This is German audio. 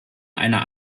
einer